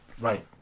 right